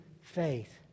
faith